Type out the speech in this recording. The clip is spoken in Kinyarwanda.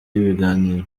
ibiganiro